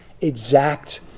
exact